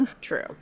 True